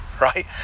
right